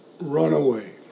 Runaway